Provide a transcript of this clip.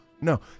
no